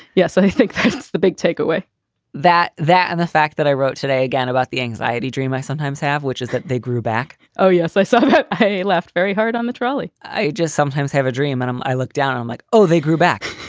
yes, i think that's the big takeaway that that and the fact that i wrote today, again about the anxiety dream i sometimes have, which is that they grew back. oh, yes. said so they left very hard on the trolley i just sometimes have a dream and um i look down on like, oh, they grew back.